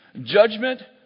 Judgment